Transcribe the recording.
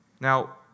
Now